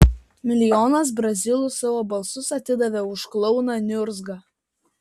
milijonas brazilų savo balsus atidavė už klouną niurzgą